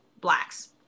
blacks